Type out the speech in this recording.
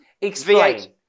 Explain